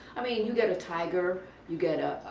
i mean, you get a tiger, you get a